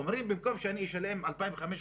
הם אומרים במקום שאני אשלם 2,500,